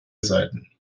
seiten